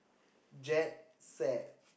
Jet fat